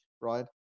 right